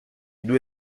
due